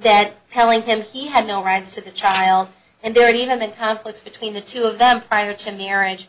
then telling him he had no rights to the child and there even been conflicts between the two of them prior to marriage